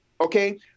okay